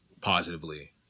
positively